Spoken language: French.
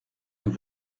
nous